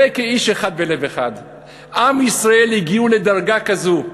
זה "כאיש אחד בלב אחד"; עם ישראל הגיעו לדרגה כזו,